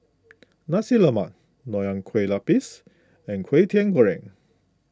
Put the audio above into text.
Nasi Lemak Nonya Kueh Lapis and Kwetiau Goreng